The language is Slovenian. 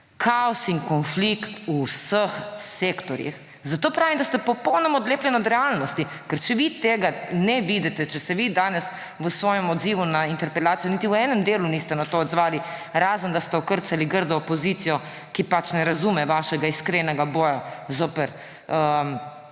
Kaos in konflikt v vseh sektorjih. Zato pravim, da ste popolnoma odlepljeni od realnosti. Ker če vi tega ne vidite, če se vi danes v svojem odzivu na interpelacijo niti v enem delu niste na to odzvali, razen da ste okrcali grdo opozicijo, ki pač ne razume vašega iskrenega boja zoper